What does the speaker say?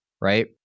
Right